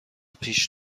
پیش